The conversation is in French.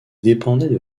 dépendaient